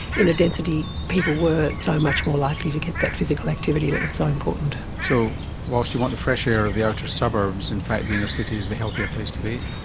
inner density people were so much more likely to get that physical activity that was so important. so whilst you want the fresh air of the outer suburbs, in fact the inner city is the healthier place to be.